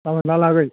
गाबोनहालागै